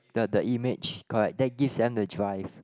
the the image correct that gives them the drive